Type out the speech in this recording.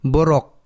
Borok